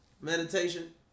meditation